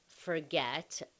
Forget